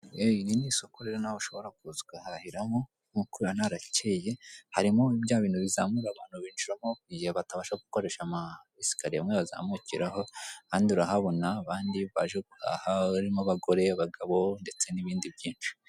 Iri ni soko rero nawe ushobora kuza ugahahiramo, nk'uko ubibona harakeye harimo bya bintu bizamura abantu binjiramo igihe batabasha gukoresha amasikariye amwe bazamukiraho, ahandi urahabona abandi baje guhaha barimo abagore, abagabo ndetse n'ibindi byinshi.